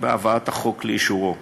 בהבאת החוק לאישורו.